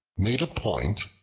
made a point,